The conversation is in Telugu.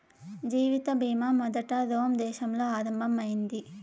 జీవిత బీమా మొదట రోమ్ దేశంలో ఆరంభం అయింది